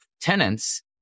tenants